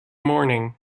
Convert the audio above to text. morning